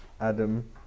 Adam